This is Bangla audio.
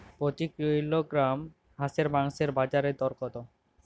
প্রতি কিলোগ্রাম হাঁসের মাংসের বাজার দর কত?